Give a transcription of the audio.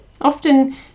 Often